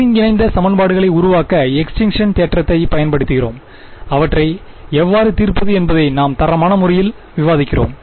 ஒருங்கிணைந்த சமன்பாடுகளை உருவாக்க extinction தேற்றத்தைப் பயன்படுத்துகிறோம் அவற்றை எவ்வாறு தீர்ப்பது என்பதை நாம் தரமான முறையில் விவாதிக்கிறோம்